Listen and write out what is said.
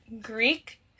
Greek